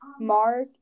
Mark